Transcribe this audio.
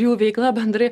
jų veikla bendrai